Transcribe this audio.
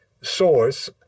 source